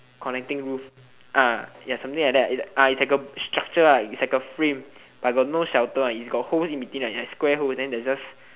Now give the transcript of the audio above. connecting roof ah ya something like that is it's like a structure ah it's like a frame but got no shelter one is got holes in between like square holes then there's just